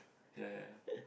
ya ya